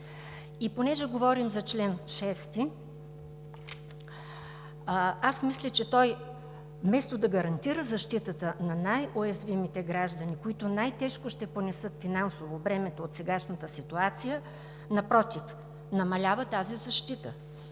Понеже говорим за чл. 6, аз мисля, че той вместо да гарантира защитата на най-уязвимите граждани, които най-тежко ще понесат финансово бремето от сегашната ситуация, напротив, намалява тази защита,